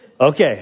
Okay